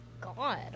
God